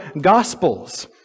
Gospels